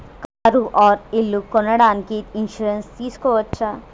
Car or ఇల్లు కొనడానికి insurance తీస్కోవచ్చా?